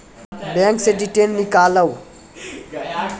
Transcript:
Bank से detail नीकालव?